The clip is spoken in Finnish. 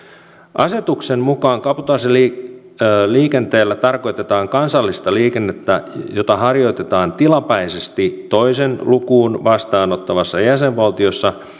asetuksen mukaan kabotaasiliikenteellä tarkoitetaan kansallista liikennettä jota harjoitetaan tilapäisesti toisen lukuun vastaanottavassa jäsenvaltiossa